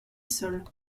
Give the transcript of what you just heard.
seuls